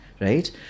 right